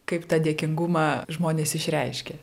kaip tą dėkingumą žmonės išreiškia